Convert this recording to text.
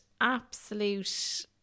absolute